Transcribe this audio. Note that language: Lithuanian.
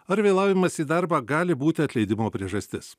ar vėlavimas į darbą gali būti atleidimo priežastis